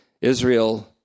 Israel